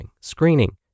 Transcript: screening